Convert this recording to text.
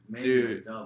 Dude